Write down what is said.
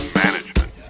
management